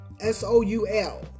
S-O-U-L